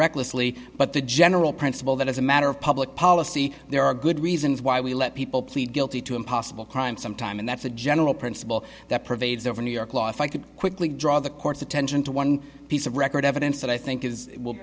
recklessly but the general principle that as a matter of public policy there are good reasons why we let people plead guilty to a possible crime some time and that's a general principle that pervades over new york law if i could quickly draw the court's attention to one piece of record evidence that i think is